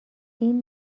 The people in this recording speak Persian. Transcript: این